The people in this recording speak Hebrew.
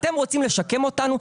אתם רוצים לשקם אותנו,